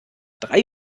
drei